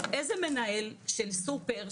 איזה מנהל של סופר,